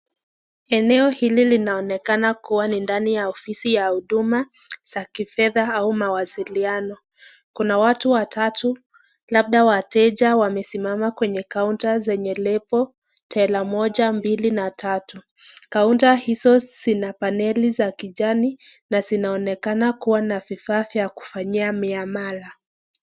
Eneo hili linaonekana kuwa ni ndani ya ofisi ya huduma za kifedha au mawasiliano . Kuna watu watatu labda wateja wamesimama kwenye counter zenye lebo [teller] moja , mbili na tatu. counter hizo zinapaneli za kijani na zinaonekana kuwa na vifaa vya kufanyia miamala.